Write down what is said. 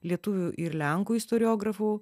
lietuvių ir lenkų istoriografų